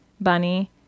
bunny